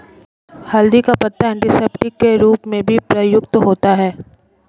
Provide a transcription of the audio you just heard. हल्दी का पत्ता एंटीसेप्टिक के रूप में भी प्रयुक्त होता है